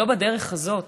לא בדרך הזאת,